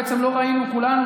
בעצם לא ראינו כולנו,